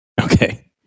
Okay